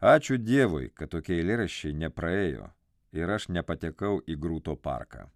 ačiū dievui kad tokie eilėraščiai nepraėjo ir aš nepatekau į grūto parką